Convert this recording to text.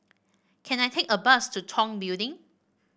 can I take a bus to Tong Building